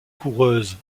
coureuses